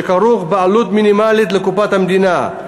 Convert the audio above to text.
שכרוך בעלות מינימלית לקופת המדינה,